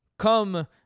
Come